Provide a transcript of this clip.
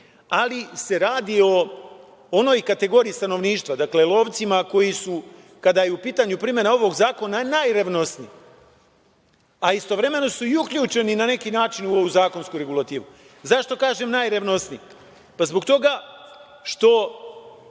ali se radi o onoj kategoriji stanovništva, dakle, lovcima koji su kada je u pitanju primena ovog zakona, najrevnosniji, a istovremeno su uključeni na neki način i u ovu zakonsku regulativu.Zašto kažem najrevnosniji? Pa, zbog toga što